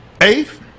Eighth